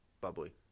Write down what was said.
Bubbly